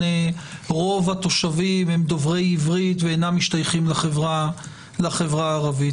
רוב התושבים הם דוברי עברית ואינם משתייכים לחברה הערבית,